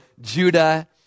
Judah